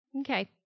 Okay